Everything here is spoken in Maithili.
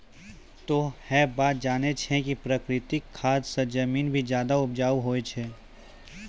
तोह है बात जानै छौ कि प्राकृतिक खाद स जमीन भी ज्यादा उपजाऊ होय छै